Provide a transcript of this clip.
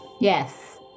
Yes